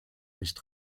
nicht